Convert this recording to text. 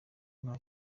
nta